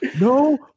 No